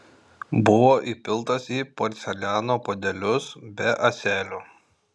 buvo įpiltas į porceliano puodelius be ąselių